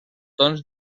tons